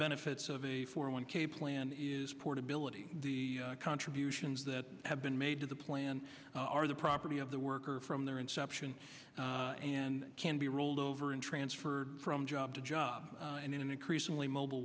benefits of a four one k plan is portability the contributions that have been made to the plan are the property of the worker from their inception and can be rolled over and transferred from job to job and in an increasingly mobile